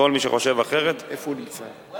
כל מי שחושב אחרת, מתי נראה את התמלוגים האלה?